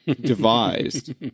devised